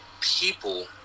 people